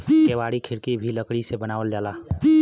केवाड़ी खिड़की भी लकड़ी से बनावल जाला